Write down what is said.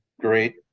Great